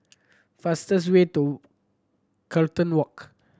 fastest way to Carlton Walk